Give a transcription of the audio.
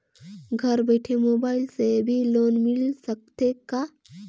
घर बइठे मोबाईल से भी लोन मिल सकथे का?